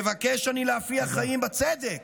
מבקש אני להפיח חיים בצדק,